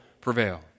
prevail